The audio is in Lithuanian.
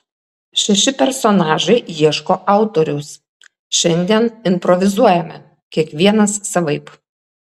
šeši personažai ieško autoriaus šiandien improvizuojame kiekvienas savaip